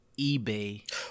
ebay